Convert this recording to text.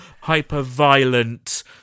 hyper-violent